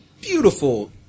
beautiful